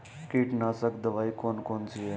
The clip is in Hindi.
कीटनाशक दवाई कौन कौन सी हैं?